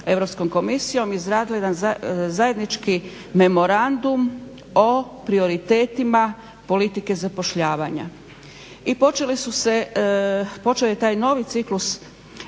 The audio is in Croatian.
Europskom komisijom izradila jedan zajednički memorandum o prioritetima politike zapošljavanja. I počeli su se, počeo je taj novi ciklus aktivnih